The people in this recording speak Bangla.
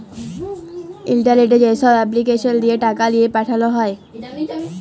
ইলটারলেটে যেছব এপলিকেসল দিঁয়ে টাকা লিঁয়ে পাঠাল হ্যয়